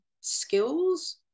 skills